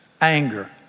anger